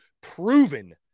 proven